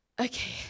okay